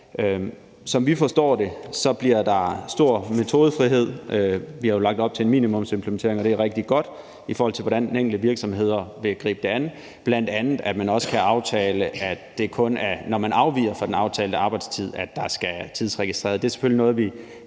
Som vi forstår det, bliver der stor metodefrihed. Vi har jo lagt op til en minimumsimplementering, og det er rigtig godt, i forhold til hvordan de enkelte virksomheder vil gribe det an – bl.a. at man også kan aftale, at det kun er, når man afviger fra den aftalte arbejdstid, at der skal tidsregistreres.